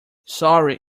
sorry